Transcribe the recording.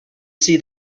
see